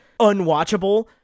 unwatchable